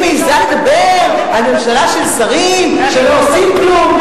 היא מעזה לדבר על ממשלה של שרים שלא עושים כלום.